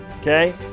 okay